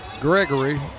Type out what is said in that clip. Gregory